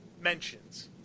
mentions